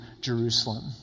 Jerusalem